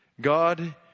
God